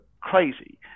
crazy